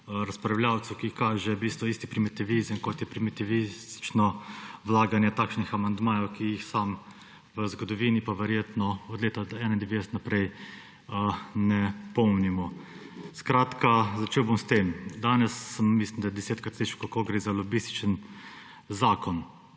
razpravljavcu, ki kaže v bistvu isti primitivizem, kot je primitivistično vlaganje takšnih amandmajev, ki jih sam v zgodovini, pa verjetno od leta 1991 naprej, ne pomnimo. Začel bom s tem, da sem danes, mislim da, desetkrat slišal, kako gre za lobističen zakon.